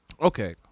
okay